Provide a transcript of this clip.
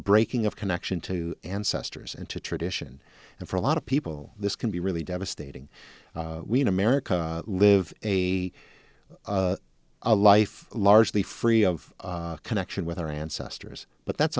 breaking of connection to ancestors and to tradition and for a lot of people this can be really devastating we in america live a life largely free of connection with our ancestors but that's